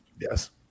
yes